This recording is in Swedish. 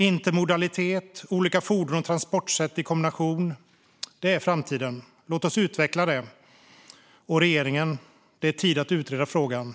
Intermodalitet, olika fordon och transportsätt i kombination är framtiden. Låt oss utveckla det. Regeringen! Det är tid att utreda frågan, nu.